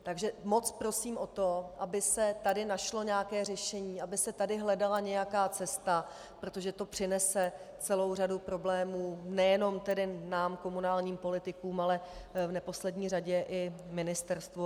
Takže moc prosím o to, aby se tady našlo nějaké řešení, aby se tady hledala nějaká cesta, protože to přinese celou řadu problémů nejenom nám komunálním politikům, ale v neposlední řadě i ministerstvu.